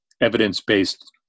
evidence-based